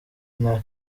nta